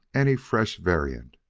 any fresh variant.